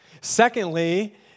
Secondly